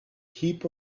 heap